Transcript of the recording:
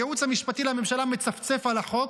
הייעוץ המשפטי לממשלה מצפצף על החוק,